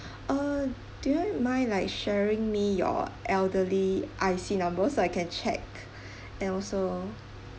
uh do you mind like sharing me your elderly I_C numbers I can check and also